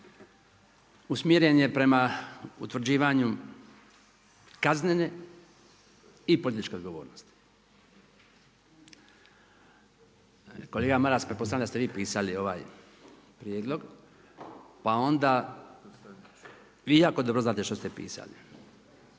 usmjeren je prema utvrđivanju kaznene i političke odgovornosti. Kolega Maras, pretpostavljam da ste vi pisali ovaj prijedlog, pa onda, vi jako dobro znate što ste pisali.